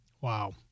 wow